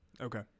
Okay